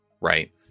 Right